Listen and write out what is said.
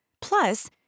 Plus